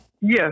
Yes